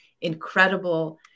incredible